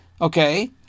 okay